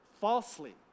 Falsely